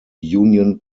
union